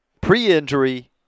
pre-injury